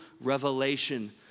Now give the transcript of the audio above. revelation